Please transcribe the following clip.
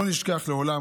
לא נשכח לעולם,